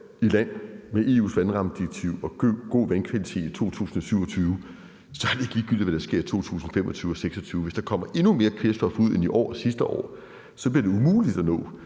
i mål med EU's vandrammedirektiv og god vandkvalitet i 2027, er det ikke ligegyldigt, hvad der sker i 2025 og 2026. Hvis der kommer endnu mere kvælstof ud end i år og sidste år, bliver det umuligt at nå